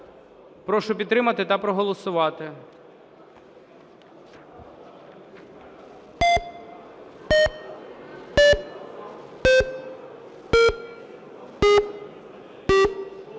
Прошу підтримати та проголосувати.